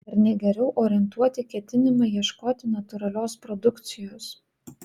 ar ne geriau orientuoti ketinimą ieškoti natūralios produkcijos